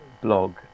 blog